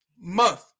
month